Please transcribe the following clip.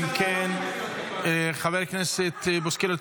חבר הכנסת בוסקילה,